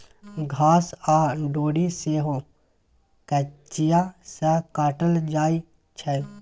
घास आ डोरी सेहो कचिया सँ काटल जाइ छै